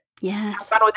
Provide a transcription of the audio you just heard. Yes